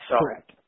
Correct